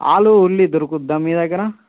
ఆలు ఉల్లి దొరుకుతుందా మీ దగ్గర